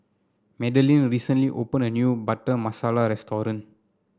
Madeleine recently opened a new Butter Masala restaurant